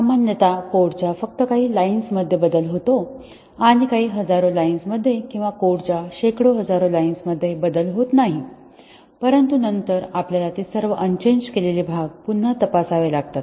सामान्यत कोडच्या फक्त काही लाईन्स मध्ये बदल होतो आणि काही हजारो लाईन्स मध्ये किंवा कोडच्या शेकडो हजार लाईन्स मध्ये बदल होत नाही परंतु नंतर आपल्याला ते सर्व अनचेंज्ड केलेले भाग पुन्हा तपासावे लागतात